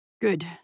Good